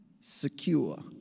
secure